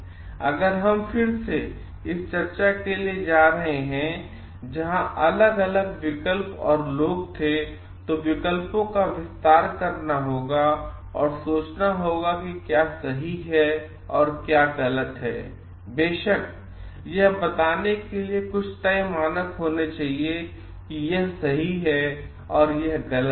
अब अगर हम फिर से इस चर्चा के लिए जा रहे हैं जहां अलग अलग विकल्प और लोग थे तो विकल्पों का विस्तार करना होगा और सोचना होगा कि क्या सही है और क्या गलत है बेशक यह बताने के लिए कुछ तय मानक होना चाहिए कि यह सही है और यह है गलत